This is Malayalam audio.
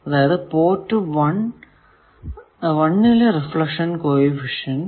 അതായതു പോർട്ട് 1 ലെ റിഫ്ലക്ഷൻ കോ എഫിഷ്യന്റ്